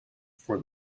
before